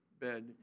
bed